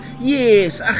Yes